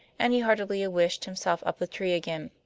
and he heartily wished himself up the tree again.